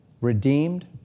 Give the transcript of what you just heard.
redeemed